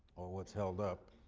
what's held up,